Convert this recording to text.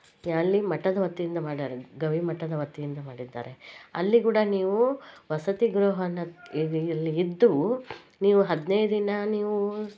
ಅಲ್ಲಿ ಮಠದ ವತಿಯಿಂದ ಮಾಡಿದಾರೆ ಗವಿ ಮಠದ ವತಿಯಿಂದ ಮಾಡಿದ್ದಾರೆ ಅಲ್ಲಿ ಕೂಡ ನೀವು ವಸತಿ ಗೃಹವನ್ನ ಅಲ್ಲಿ ಇದ್ದು ನೀವು ಹದಿನೈದು ದಿನ ನೀವೂ